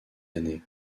années